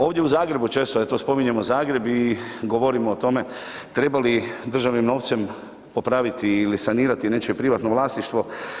Ovdje u Zagrebu, često eto spominjemo Zagreb i govorimo o tome treba li državnim novcem popraviti ili sanirati nečije privatno vlasništvo.